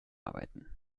arbeiten